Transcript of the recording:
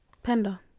Panda